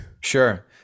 Sure